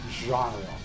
genre